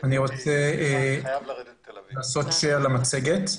רוצה להציג את המצגת.